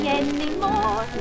anymore